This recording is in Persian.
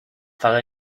فقط